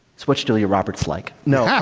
so, what's julia roberts like no,